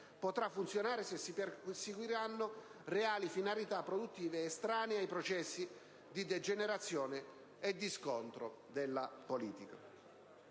potrà funzionare se si perseguiranno reali finalità produttive estranee ai processi di degenerazione e di scontro della politica.